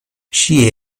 she